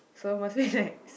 so mostly like